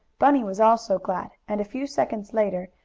bunny was also glad, and a few seconds later,